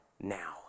now